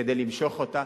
כדי למשוך אותה.